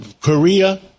Korea